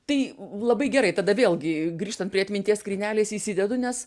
tai labai gerai tada vėlgi grįžtant prie atminties skrynelės įsidedu nes